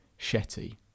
Shetty